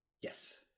Yes